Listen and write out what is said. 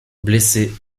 blessé